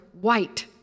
white